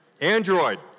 Android